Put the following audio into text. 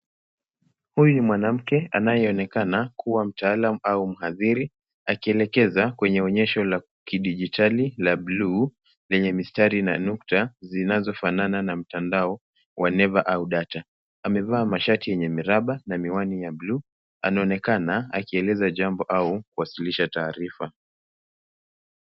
Huyu ni mwanamke anayeonekana kuwa mtaalam au mhadhiri akielekeza kwenye onyesho la kidijitali la bluu lenye mistari na nukta zinazo fanana na mtandao wa neva au data. amevaa mashati yenye mraba na miwani ya bluu anaonekana akieleza jambo au kuwasilisha taarifa.